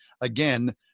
Again